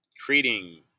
creating